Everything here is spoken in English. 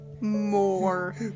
More